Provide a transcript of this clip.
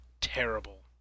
terrible